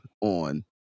on